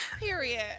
period